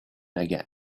again